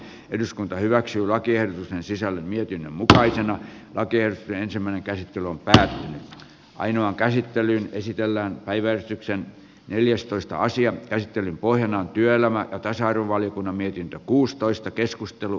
eduskunta hyväksyi lakien sisällön ja mutkaisen lakersin ensimmäinen käsittely on pysähtynyt ainoa käsittelyyn esitellään päiväystyksen neljästoista asian käsittelyn pohjana työelämän tasa arvovaliokunnan mietintö kuustoista keskustelu